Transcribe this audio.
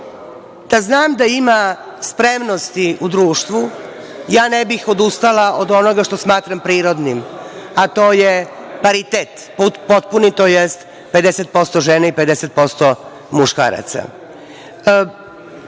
znam da ima spremnosti u društvu, ja ne bih odustala od onoga što smatram prirodnim, a to je paritet potpuni tj. 50% žena i 50% muškaraca. Stvarno